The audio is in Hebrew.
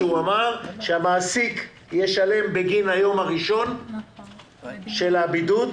הוא אמר שהמעסיק ישלם בגין היום הראשון של הבידוד,